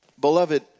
Beloved